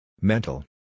Mental